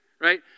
right